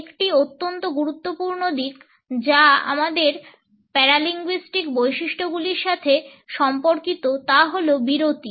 একটি অত্যন্ত গুরুত্বপূর্ণ দিক যা আমাদের প্যারাভাষিক বৈশিষ্ট্যগুলির সাথে সম্পর্কিত তা হল বিরতি